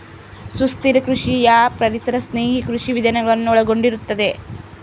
ಸುಸ್ಥಿರ ಕೃಷಿಯು ಪರಿಸರ ಸ್ನೇಹಿ ಕೃಷಿ ವಿಧಾನಗಳನ್ನು ಒಳಗೊಂಡಿರುತ್ತದೆ